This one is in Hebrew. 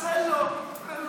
הוא